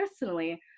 personally